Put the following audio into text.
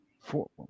four